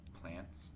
Plants